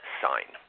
sign